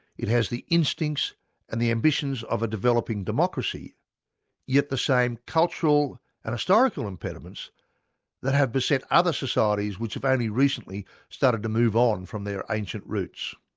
it has the instincts and the ambitions of a developing democracy yet the same cultural and historical impediments that have beset other societies which have only recently started to move on from their ancient roots.